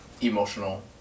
emotional